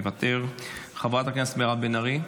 מוותר, חברת הכנסת מירב בן ארי,